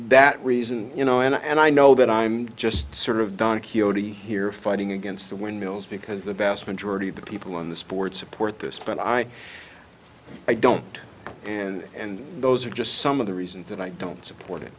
that reason you know and i know that i'm just sort of don quixote here fighting against the windmills because the vast majority of the people on this board support this but i i don't and those are just some of the reasons that i don't support it